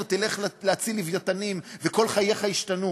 תלך להציל לווייתנים וכל חייך ישתנו.